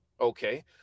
okay